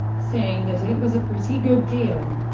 saying that it was a pretty good deal.